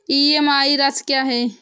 EMI राशि क्या है?